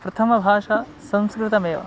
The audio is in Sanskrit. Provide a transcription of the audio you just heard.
प्रथमभाषा संस्कृतमेव